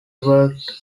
worked